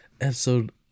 episode